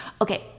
Okay